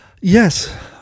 Yes